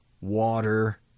water